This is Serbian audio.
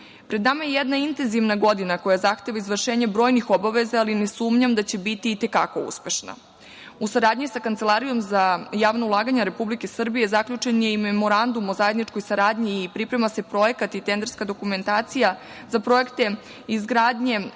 nama je jedna intenzivna godina koja zahteva izvršenje brojnih obaveza, ali ne sumnjam da će biti i te kako uspešna. U saradnji sa Kancelarijom za javna ulaganja Republike Srbije zaključen je i Memorandum o zajedničkoj saradnji i priprema se projekat i tenderska dokumentacija za projekte izgradnje,